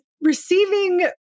receiving